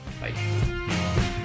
Bye